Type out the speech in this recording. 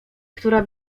która